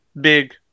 big